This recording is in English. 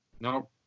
no